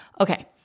Okay